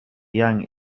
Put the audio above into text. young